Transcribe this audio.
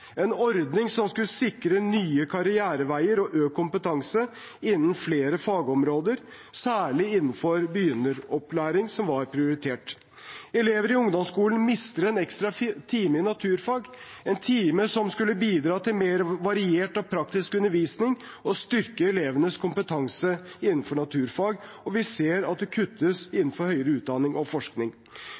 en ordning som skulle sikre nye karriereveier og økt kompetanse innen flere fagområder, særlig innenfor begynneropplæring, som var prioritert. Elever i ungdomsskolen mister en ekstra time i naturfag – en time som skulle bidra til mer variert og praktisk undervisning og styrke elevenes kompetanse innenfor naturfag. Vi ser også at det kuttes innenfor høyere utdanning og forskning.